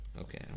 Okay